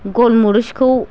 गल मुरिसखौ